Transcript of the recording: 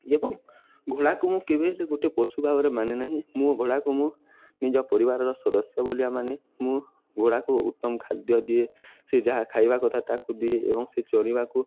ଏବଂ ଘୋଡ଼ାକୁ ମୁଁ କେବେ ହେଲେ ଗୋଟେ ପଶୁ ଭାବରେ ମାନେ ନାହିଁ ମୁ ଘୋଡ଼ାକୁ ମୁଁ ନିଜ ପରିବାରର ସଦସ୍ୟ ବୋଲି ମାନେ ମୁଁ ଘୋଡ଼ାକୁ ଉତ୍ତମ ଖାଦ୍ୟ ଦିଏ ସେ ଯାହା ଖାଇବା କଥା ତାହାକୁ ଦିଏ ଏବଂ ସେ ଚରିବାକୁ